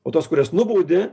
o tos kurias nubaudi